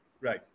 right